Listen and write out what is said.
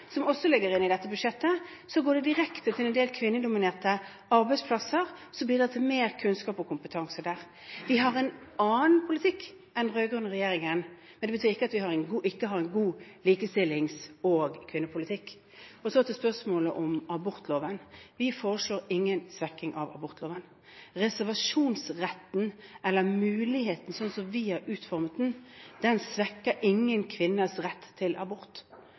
som også ligger i dette budsjettet, går det direkte til en del kvinnedominerte arbeidsplasser og bidrar til mer kunnskap og kompetanse der. Vi har en annen politikk enn den rød-grønne regjeringen, men det betyr ikke at vi ikke har en god likestillings- og kvinnepolitikk. Så til spørsmålet om abortloven: Vi foreslår ingen svekking av abortloven. Reservasjonsretten eller reservasjonsmuligheten, slik vi har utformet den, svekker ingen kvinnes rett til å ta abort.